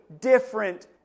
different